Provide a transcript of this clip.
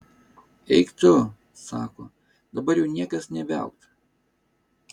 eik tu sako dabar jau niekas nė viaukt